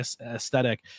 aesthetic